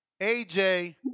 AJ